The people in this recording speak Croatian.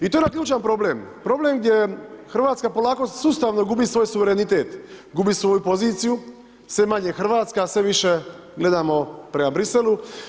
I to je onaj ključan problem, problem gdje Hrvatska polako sustavno gubi svoj suverenitet, gubi svoju poziciju, sve manje hrvatska, sve više gledamo prema Bruxellesu.